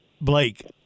Blake